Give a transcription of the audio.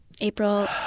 April